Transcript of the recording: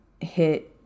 hit